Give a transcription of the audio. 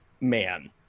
man